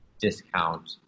discount